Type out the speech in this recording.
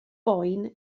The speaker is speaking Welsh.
boen